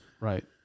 Right